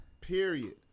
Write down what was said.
Period